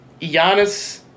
Giannis